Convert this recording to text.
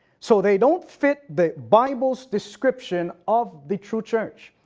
so they don't fit the bible's description of the true church.